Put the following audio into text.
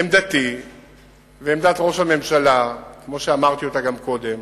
עמדתי ועמדת ראש הממשלה, כמו שאמרתי אותה גם קודם,